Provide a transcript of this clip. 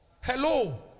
Hello